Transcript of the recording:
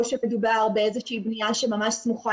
או שמדובר באיזושהי בנייה שממש סמוכה